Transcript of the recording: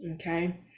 okay